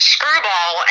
Screwball